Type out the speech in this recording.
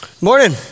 Morning